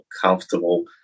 comfortable